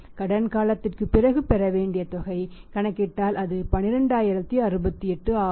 கடன் காலத்திற்குப் பிறகு பெற வேண்டிய தொகை கணக்கிட்டால் அது 12068 ஆகும்